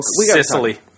Sicily